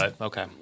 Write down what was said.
okay